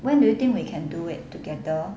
when do you think we can do it together